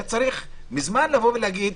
היה צריך מזמן להגיד: